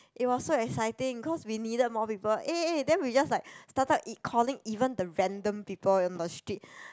it was so exciting cause we needed more people eh eh then we just like started even calling the random people on the street